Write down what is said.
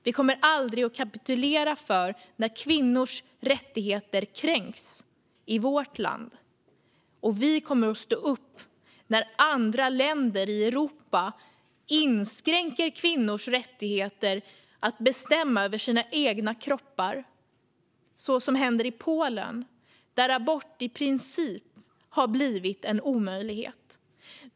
Vi kommer aldrig att acceptera att kvinnors rättigheter kränks i vårt land. Vi kommer att stå upp när andra länder i Europa inskränker kvinnors rätt att bestämma över sin egen kropp, vilket händer i Polen, där abort i princip blivit en omöjlighet.